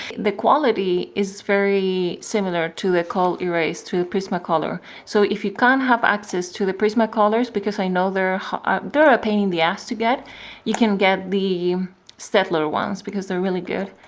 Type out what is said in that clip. the quality is very similar to the color erase, to the prismacolor so if you can't have access to the prismacolors because i know they're h-they're a pain in the ass to get you can get the staedtler ones because they're really good